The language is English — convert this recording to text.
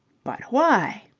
but why?